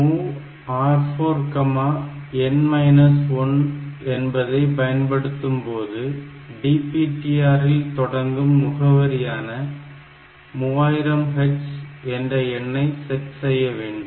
MOV R4N 1 என்பதை பயன்படுத்தும் போது DPTR இல் தொடங்கும் முகவரியான 3000h என்ற எண்ணை செட் செய்ய வேண்டும்